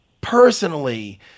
personally